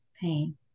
pain